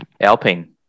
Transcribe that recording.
Alpine